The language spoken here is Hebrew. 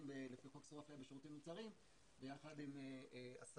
לפי חוק איסור אפליה בשירותים ומוצרים יחד עם שר